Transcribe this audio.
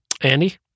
Andy